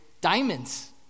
diamonds